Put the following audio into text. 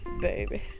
baby